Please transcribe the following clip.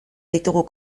ditugu